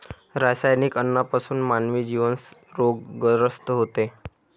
रासायनिक अन्नापासून मानवी जीवन रोगग्रस्त होते